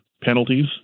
penalties